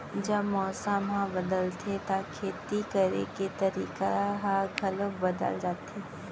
जब मौसम ह बदलथे त खेती करे के तरीका ह घलो बदल जथे?